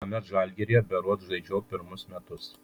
tuomet žalgiryje berods žaidžiau pirmus metus